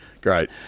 Great